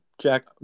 Jack